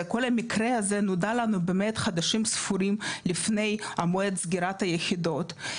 המקרה הזה נודע לנו חודשים ספורים לפני מועד סגירת היחידות.